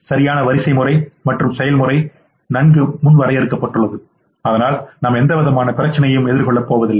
சரியான வரிசைமுறை மற்றும் செயல்முறை நன்கு முன் வரையறுக்கப்பட்டுள்ளது அதனால் நாம் எந்தவிதமான பிரச்சினையையும் எதிர்கொள்ளப் போவதில்லை